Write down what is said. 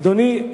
אדוני,